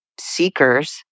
seekers